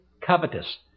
covetous